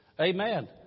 Amen